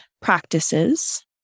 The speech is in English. practices